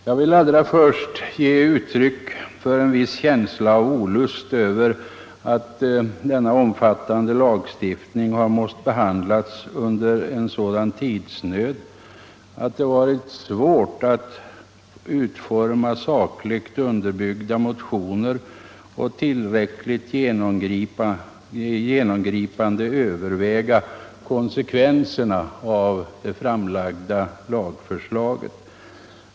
Jag vill allra först ge uttryck för en känsla av olust över att denna omfattande lagstiftning har måst behandlas under en sådan tidsnöd att det varit svårt att utforma sakligt underbyggda motioner och att tillräckligt genomgripande överväga konsekvenserna av det framlagda lagförslaget.